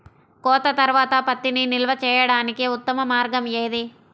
కోత తర్వాత పత్తిని నిల్వ చేయడానికి ఉత్తమ మార్గం ఏది?